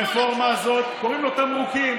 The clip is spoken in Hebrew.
החלק השני ברפורמה הזאת קוראים לו תמרוקים.